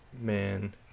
Man